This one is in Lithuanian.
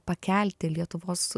pakelti lietuvos